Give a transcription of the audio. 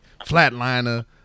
flatliner